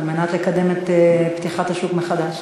על מנת לקדם את פתיחת השוק מחדש.